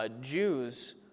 Jews